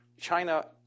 China